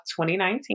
2019